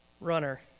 runner